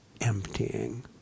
emptying